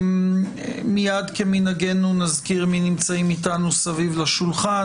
מיד כמנהגנו נזכיר מי נמצאים איתנו סביב לשולחן,